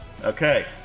Okay